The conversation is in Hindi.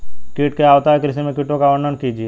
कीट क्या होता है कृषि में कीटों का वर्णन कीजिए?